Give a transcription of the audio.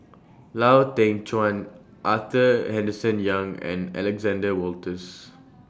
Lau Teng Chuan Arthur Henderson Young and Alexander Wolters